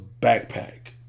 backpack